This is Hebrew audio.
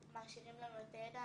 ומאפשרים לנו את הידע.